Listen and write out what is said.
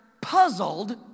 puzzled